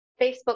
Facebook